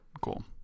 cool